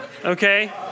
Okay